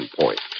point